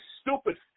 stupid